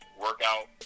workout